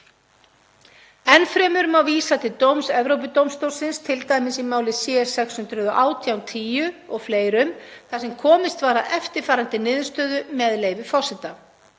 Enn fremur má vísa til dóms Evrópudómstólsins, t.d. í máli C-618/10 o.fl., þar sem komist var að eftirfarandi niðurstöðu, með leyfi forseta: